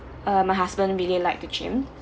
uh my husband really liked the gym